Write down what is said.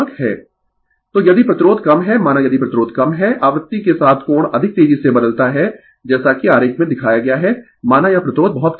Refer slide Time 2455 तो यदि प्रतिरोध कम है माना यदि प्रतिरोध कम है आवृत्ति के साथ कोण अधिक तेजी से बदलता है जैसा कि आरेख में दिखाया गया है माना यह प्रतिरोध बहुत कम है